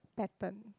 pattern